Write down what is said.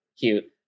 cute